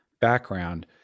background